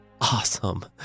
awesome